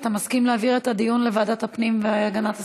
אתה מסכים להעביר את הדיון לוועדת הפנים והגנת הסביבה?